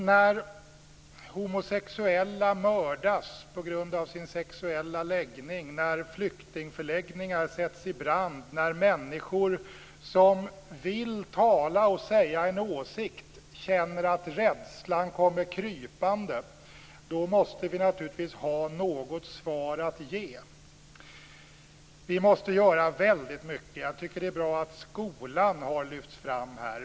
När homosexuella mördas på grund av sin sexuella läggning, när flyktingförläggningar sätts i brand och när människor som vill tala och säga en åsikt känner att rädslan kommer krypande måste vi naturligtvis ha ett svar att ge. Vi måste göra väldigt mycket. Jag tycker att det är bra att skolan har lyfts fram här.